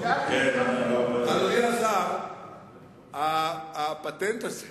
הפטנט הזה